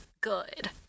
good